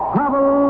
Travel